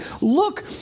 look